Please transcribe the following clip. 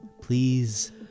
Please